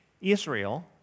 Israel